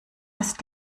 ist